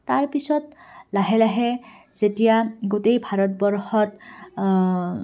তাৰপিছত লাহে লাহে যেতিয়া গোটেই ভাৰতবৰ্ষত